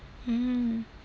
mm